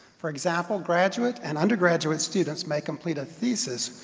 for example, graduate and undergraduate students may complete a thesis,